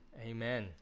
Amen